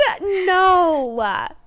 No